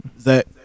Zach